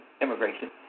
immigration